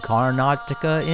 Karnataka